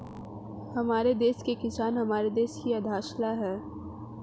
हमारे देश के किसान हमारे देश की आधारशिला है